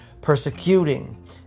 persecuting